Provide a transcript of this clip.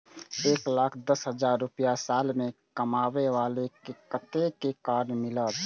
एक लाख दस हजार रुपया साल में कमाबै बाला के कतेक के कार्ड मिलत?